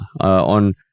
On